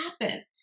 happen